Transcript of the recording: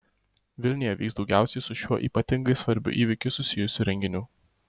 vilniuje vyks daugiausiai su šiuo ypatingai svarbiu įvykiu susijusių renginių